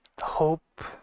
hope